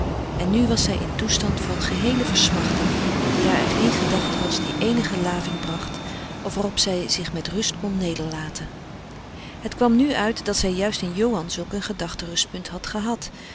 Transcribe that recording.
en nu was zij in toestand van geheele versmachting daar er geen gedachte was die eenige laving bracht of waarop zij zich met rust kon nederlaten het kwam nu uit dat zij juist in johan zulk een gedachte rustpunt had gehad